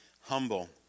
humble